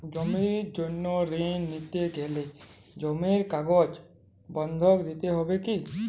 জমির জন্য ঋন নিতে গেলে জমির কাগজ বন্ধক দিতে হবে কি?